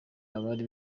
abari